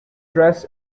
dress